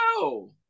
No